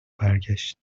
برگشت